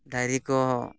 ᱰᱟᱝᱨᱤ ᱠᱚ